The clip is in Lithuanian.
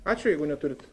ačiū jeigu neturit